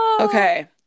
okay